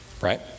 right